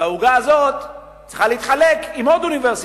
והעוגה הזאת צריכה להתחלק עם עוד אוניברסיטה.